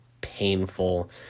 painful